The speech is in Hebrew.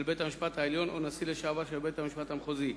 בית-המשפט העליון או נשיא לשעבר של בית-המשפט המחוזי.